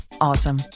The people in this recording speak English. awesome